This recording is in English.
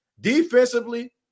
Defensively